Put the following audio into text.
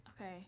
Okay